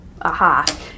aha